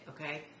okay